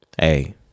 Hey